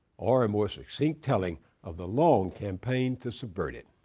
or a more succinct telling of the long campaign to subvert it.